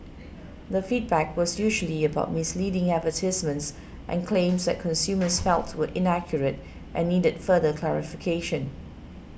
the feedback was usually about misleading advertisements and claims that consumers felt were inaccurate and needed further clarification